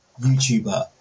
youtuber